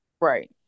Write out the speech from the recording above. Right